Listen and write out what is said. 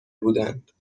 بودند